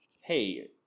hey